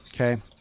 okay